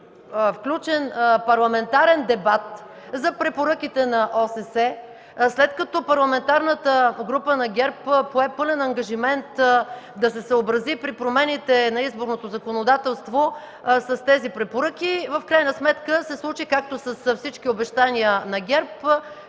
включен парламентарен дебат за препоръките на ОССЕ, след като Парламентарната група на ГЕРБ пое пълен ангажимент да се съобрази при промените на изборното законодателство с тези препоръки, в крайна сметка се случи както с всички обещания на ГЕРБ